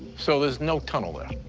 so, there's no tunnel there.